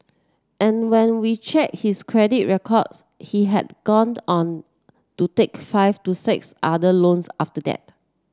and when we checked his credit records he had gone on to take five to six other loans after that